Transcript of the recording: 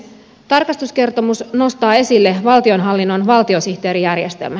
tarkastuskertomus nostaa esille valtionhallinnon valtiosihteerijärjestelmän